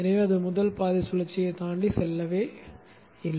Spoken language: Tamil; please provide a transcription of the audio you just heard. எனவே அது முதல் பாதிச் சுழற்சியைத் தாண்டிச் செல்லவே இல்லை